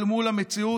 אל מול המציאות,